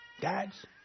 dads